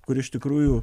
kur iš tikrųjų